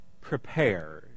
prepared